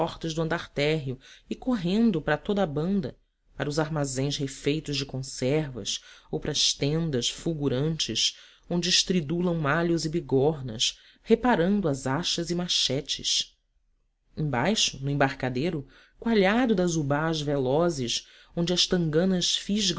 do andar térreo e correndo para toda a banda para os armazéns refertos de conservas ou para as tendas fulgurantes onde estridulam malhos e bigornas reparando as achas e machetes embaixo no embarcadero coalhado das ubás velozes onde as tanganas